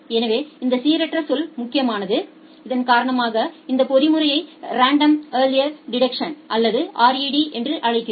எனவே இந்த சீரற்ற சொல் முக்கியமானது இதன் காரணமாக இந்த பொறிமுறையை ரெண்டோம் ஏர்லி டிடெக்ஷன் அல்லது RED என அழைக்கிறோம்